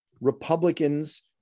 Republicans